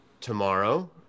tomorrow